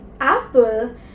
Apple